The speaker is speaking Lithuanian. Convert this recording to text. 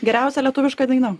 geriausia lietuviška daina